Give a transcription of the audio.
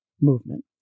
movement